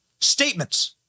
statements